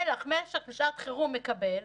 מל"ח, משק לשעת חירום, מקבל.